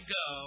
go